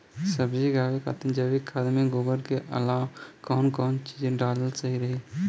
सब्जी उगावे खातिर जैविक खाद मे गोबर के अलाव कौन कौन चीज़ डालल सही रही?